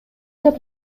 деп